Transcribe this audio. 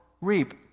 reap